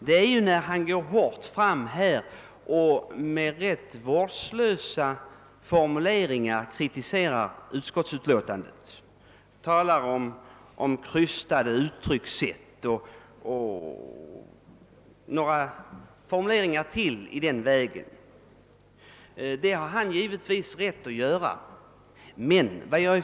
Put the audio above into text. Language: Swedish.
Herr Nilsson gick hårt fram och kritiserade med ganska våldsamma formuleringar utskottsutlåtandet. Han talade bl.a. om krystade uttryckssätt. Det har han givetvis rätt att göra.